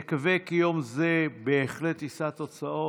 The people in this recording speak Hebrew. נקווה כי יום זה בהחלט יישא תוצאות.